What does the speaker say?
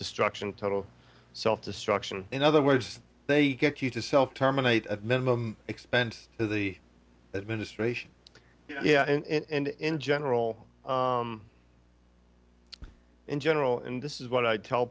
destruction total self destruction in other words they get you to self terminate at minimum expense to the administration yeah and in general in general and this is what i tell